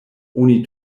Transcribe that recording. oni